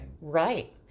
Right